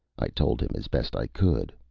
i told him, as best i could.